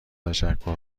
تشکر